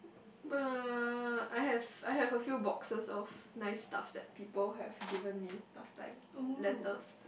uh I have I have a few boxes of nice stuff that people have given me last time letters